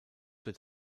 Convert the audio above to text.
wird